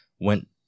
went